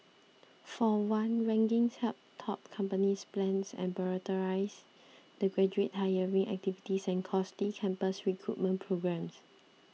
for one rankings help top companies plan and prioritise their graduate hiring reactivities and costly campus recruitment programmes